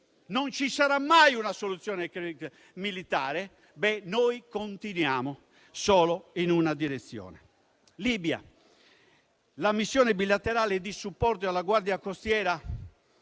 non ci sarà mai una soluzione militare a questa crisi, noi continuiamo solo in una direzione. Sulla Libia, la missione bilaterale di supporto alla Guardia costiera